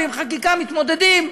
ועם חקיקה מתמודדים.